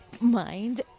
mind